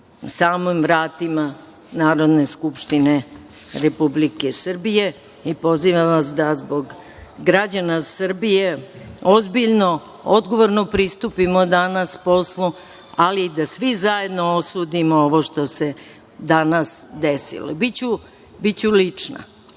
samim vratima Narodne skupštine Republike Srbije. Pozivam vas da zbog građana Republike Srbije ozbiljno, odgovorno pristupimo danas poslu, ali i da svi zajedno osudimo ovo što se danas desilo. Biću lična,